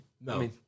No